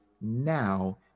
now